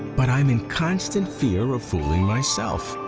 but i'm in constant fear of fooling myself,